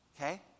Okay